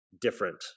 different